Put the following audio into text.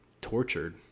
tortured